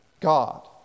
god